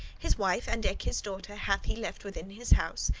his wife and eke his daughter hath he left within his house,